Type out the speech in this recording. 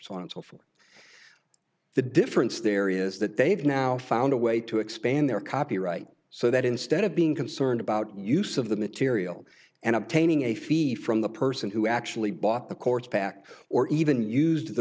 responsible for the difference there is that they've now found a way to expand their copyright so that instead of being concerned about use of the material and obtaining a fee from the person who actually bought the courts back or even used